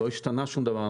לא השתנה שום דבר,